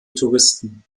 touristen